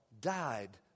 died